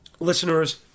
Listeners